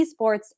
esports